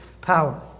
power